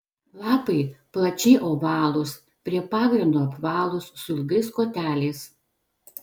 lapai plačiai ovalūs prie pagrindo apvalūs su ilgais koteliais